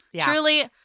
Truly